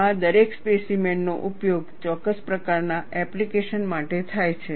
આ દરેક સ્પેસીમેનનો ઉપયોગ ચોક્કસ પ્રકારની એપ્લિકેશન માટે થાય છે